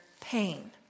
pain